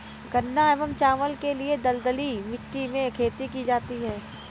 गन्ना एवं चावल के लिए दलदली मिट्टी में खेती की जाती है